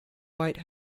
white